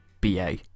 BA